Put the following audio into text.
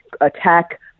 attack